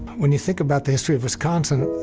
when you think about the history of wisconsin,